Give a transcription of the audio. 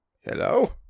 Hello